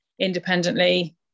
independently